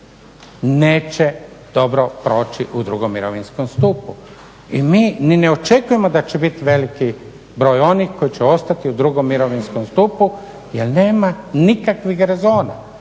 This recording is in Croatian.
neće dobro proći u drugom mirovinskom stupu. I mi ni ne očekujemo da će biti veliki broj onih koji će ostati u drugom mirovinskom stupu jer nema nikakvih rezona,